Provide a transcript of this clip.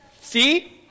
See